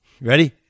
Ready